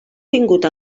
tingut